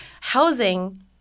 housing